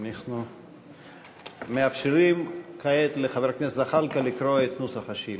אנחנו מאפשרים כעת לחבר הכנסת זחאלקה לקרוא את נוסח השאילתה.